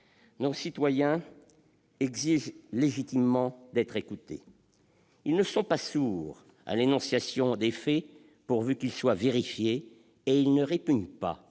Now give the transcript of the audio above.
Nos concitoyens exigent légitimement d'être écoutés. Cependant, ils ne sont pas sourds à l'énonciation des faits, pourvu que ceux-ci soient vérifiés, et ils ne répugnent pas